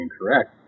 incorrect